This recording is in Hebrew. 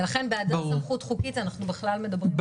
ולכן בהיעדר סמכות חוקית אנחנו בכלל מדברים על מקום אחר.